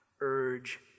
urge